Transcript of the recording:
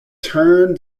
turn